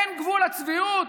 אין גבול לצביעות.